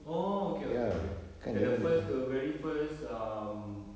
oh okay okay okay ya the first the very first um